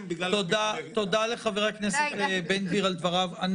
בגלל --- תודה לחבר הכנסת בן גביר על דבריו.